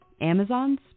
Amazon's